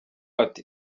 ati